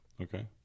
Okay